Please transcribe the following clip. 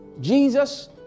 Jesus